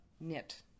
knit